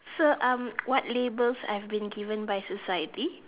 so um what labels have been given by society